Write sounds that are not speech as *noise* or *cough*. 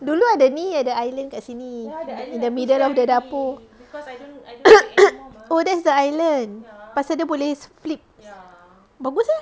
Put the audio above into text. dulu ada ni ada island kat sini in the middle of the dapur *coughs* oh that's the island pasal dia boleh flipped bagus eh